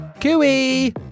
Cooey